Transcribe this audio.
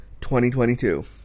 2022